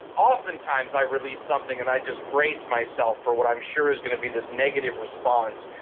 oftentimes i release something and i just brace myself for what i'm sure is going to be this negative response.